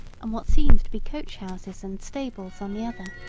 and what seemed to be coach-houses and stables on the other.